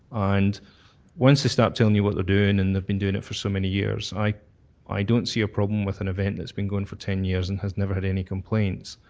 and once they start telling you what they're doing and they have been doing it for so many years, i i don't see a problem with an event that's been going for ten years and never had any complaints.